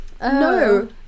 no